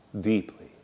deeply